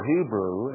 Hebrew